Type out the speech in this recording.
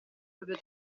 proprio